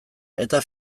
eta